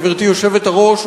גברתי היושבת-ראש,